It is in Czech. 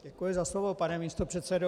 Děkuji za slovo, pane místopředsedo.